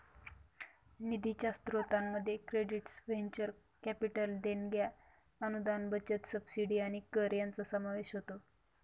निधीच्या स्त्रोतांमध्ये credits venture capital देणग्या अनुदान बचत सबसिडी आणि कर यांचा समावेश होतो